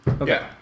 Okay